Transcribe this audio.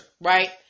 right